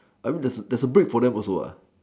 I mean there's a bag for them also